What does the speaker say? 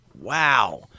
Wow